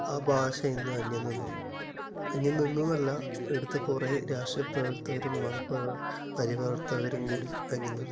ആ ഭാഷ ഇന്ന് അന്യം നിന്നു പോയി അന്യം നിന്നു എന്നല്ല ഇവിടുത്തെ കുറേ രാഷ്ട്രീയ പ്രവര്ത്തകരും മത പരിവര്ത്തകരും കൂടി അന്യം നിര്ത്തി